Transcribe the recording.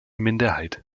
minderheit